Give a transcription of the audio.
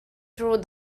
through